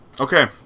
Okay